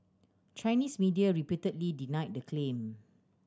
Chinese media repeatedly denied the claim